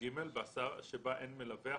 בהסעה שבה אין מלווה,